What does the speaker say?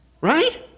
Right